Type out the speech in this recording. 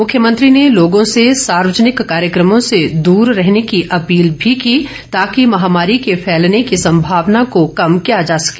मुख्यमंत्री ने लोगों से सार्वजनिक कार्यक्रमों से द्र रहने की अपील भी की ताकि महामारी के फैलने की संभावना को कम किया जा सके